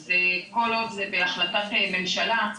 אז כל עוד זה בהחלטת ממשלה,